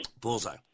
Bullseye